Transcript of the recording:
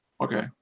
Okay